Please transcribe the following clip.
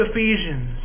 Ephesians